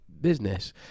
business